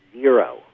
zero